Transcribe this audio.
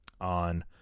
on